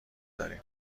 داریم